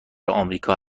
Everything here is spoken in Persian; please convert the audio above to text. آمریکا